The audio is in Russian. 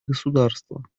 государства